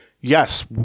yes